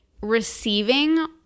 receiving